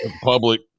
public